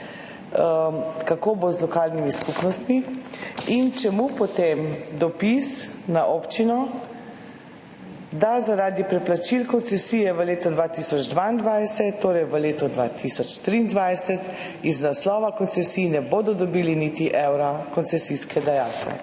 kako bo z lokalnimi skupnostmi in čemu potem dopis na občino, da zaradi preplačil koncesije v leto 2022 v leto 2023 iz naslova koncesij ne bodo dobili niti evra koncesijske dajatve.